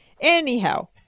anyhow